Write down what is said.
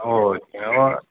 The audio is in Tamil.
ஓகே ஓ